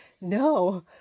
no